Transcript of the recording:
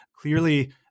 Clearly